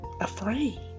afraid